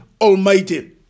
Almighty